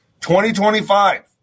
2025